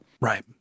right